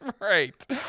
Right